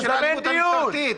של האלימות המשטרתית.